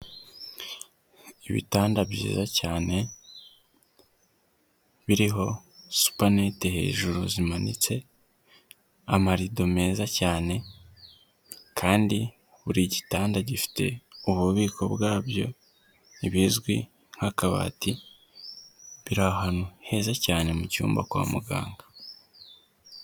Ibitanda byiza cyane biriho supanete hejuru zimanitse, amarido meza cyane kandi burigitanda gifite ububiko bwabyo ntibizwi nk'akabati biri ahantu heza cyane mu cyumba kwa muganga.